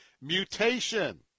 Mutation